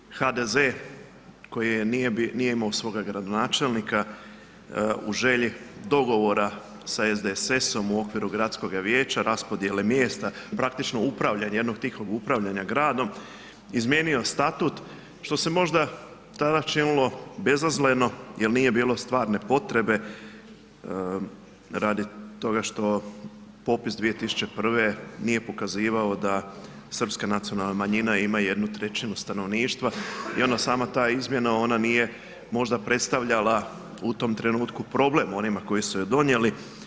Tada je HDZ koji nije imao svoga gradonačelnika u želji dogovora sa SDSS-om u okviru gradskoga vijeća, raspodjele mjesta, praktično upravljanje, jednog tihog upravljanja gradom, izmijenio statut što se možda tada činilo bezazleno jer nije bilo stvarne potrebe radi toga što popis 2001. nije pokazivao da srpska nacionalna manjina ima 1/3 stanovništva i onda sama ta izmjena ona nje možda predstavljala u tom trenutku problem onima koji su je donijeli.